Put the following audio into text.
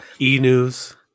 e-news